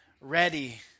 ready